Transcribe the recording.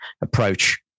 approach